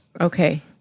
Okay